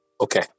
Okay